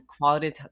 quality